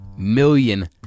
million